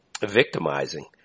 victimizing